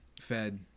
fed